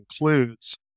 includes